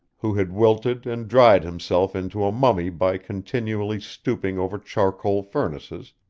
who had wilted and dried himself into a mummy by continually stooping over charcoal furnaces,